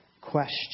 question